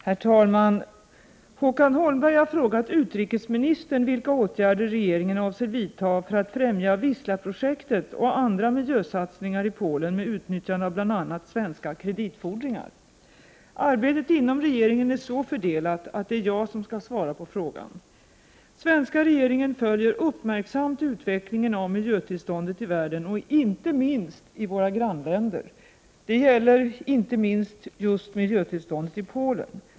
Herr talman! Håkan Holmberg har frågat utrikesministern vilka åtgärder regeringen avser vidta för att främja Wisla-projektet och andra miljösatsningar i Polen med utnyttjande av bl.a. svenska kreditfordringar. Arbetet inom regeringen är så fördelat att det är jag som skall svara på frågan. Svenska regeringen följer uppmärksamt utvecklingen av miljötillståndet i världen och inte minst i våra grannländer. Det gäller inte minst miljötillståndet i just Polen.